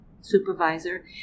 supervisor